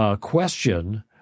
question